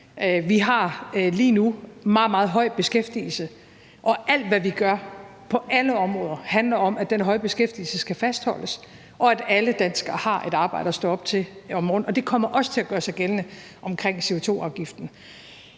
Vi har lige nu meget, meget høj beskæftigelse, og alt, hvad vi gør på alle områder, handler om, at den høje beskæftigelse skal fastholdes, og at alle danskere har et arbejde at stå op til om morgenen, og det kommer også til at gøre sig gældende omkring CO2-afgiften.